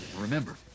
Remember